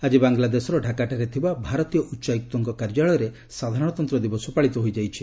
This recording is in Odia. ଆଜି ବାଙ୍ଗଲାଦେଶର ଢାକାଠାରେ ଥିବା ଭାରତୀୟ ଉଚ୍ଚାୟୁକ୍ତଙ୍କ କାର୍ଯ୍ୟାଳୟରେ ସାଧାରଣତନ୍ତ୍ର ଦିବସ ପାଳିତ ହୋଇଯାଇଛି